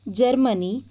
Germany